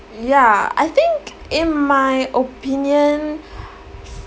ya I think in my opinion